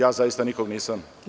Ja zaista nikog nisam.